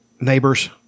Neighbors